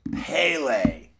Pele